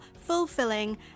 fulfilling